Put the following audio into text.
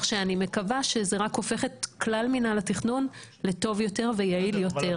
אני מקווה שזה רק הופך את כלל מינהל התכנון לטוב ויעיל יותר.